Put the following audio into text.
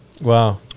Wow